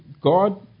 God